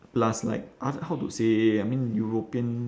plus like us how to say I mean european